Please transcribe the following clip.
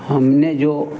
हमने जो